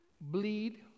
bleed